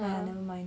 ya never mind